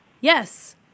Yes